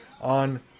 on